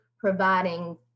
providing